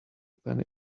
penny